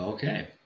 Okay